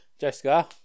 Jessica